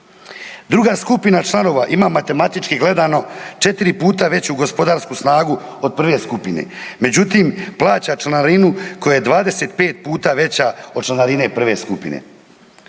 Druga skupina članova ima matematički gledano 4 puta veću gospodarsku snagu od prve skupine. Međutim, plaća članarinu koja je 25 puta veća od članarine prve skupine.